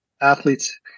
athletes